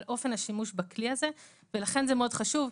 על אופן השימוש בכלי הזה ולכן זה מאוד חשוב.